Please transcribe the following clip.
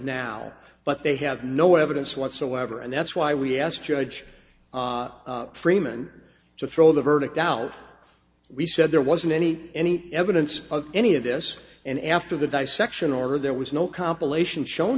now but they have no evidence whatsoever and that's why we asked judge freeman to throw the verdict out we said there wasn't any any evidence of any of this and after the dissection or are there was no compilation shown